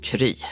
Kry